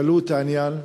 העלו את העניין?